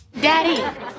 Daddy